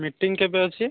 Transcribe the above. meeting କେବେ ଅଛି